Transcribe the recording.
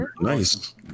Nice